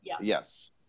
Yes